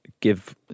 give